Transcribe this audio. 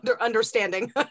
understanding